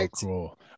Cool